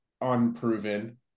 unproven